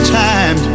time